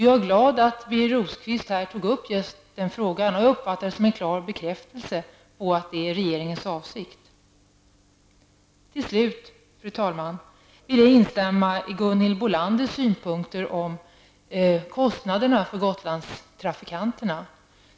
Jag är glad att Birger Rosqvist här tog upp just den frågan, och jag uppfattade vad han sade som en klar bekräftelse på att det är regeringens avsikt. Till slut, fru talman, vill jag instämma i Gunhild Gotlandstrafikanterna.